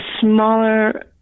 smaller